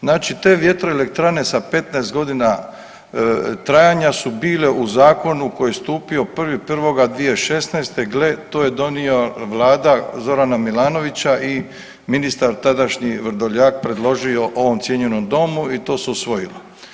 Znači te vjetroelektrane sa 15 godina trajanja su bile u zakonu koji je stupio 1.1.2016. gle to je donio Vlada Zorana Milanovića i ministar tadašnji Vrdoljak predložio ovom cijenjenom domu i to se usvojilo.